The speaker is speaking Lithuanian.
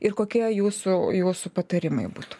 ir kokie jūsų jūsų patarimai būtų